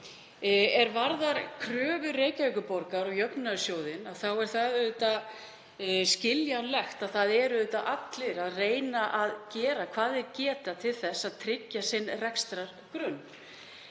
Hvað kröfu Reykjavíkurborgar og jöfnunarsjóðinn varðar þá er það skiljanlegt og það eru allir að reyna að gera hvað þeir geta til að tryggja sinn rekstrargrunn.